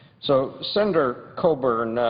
so, senator coburn,